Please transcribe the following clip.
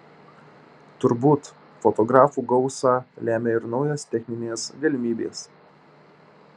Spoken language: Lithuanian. turbūt fotografų gausą lemia ir naujos techninės galimybės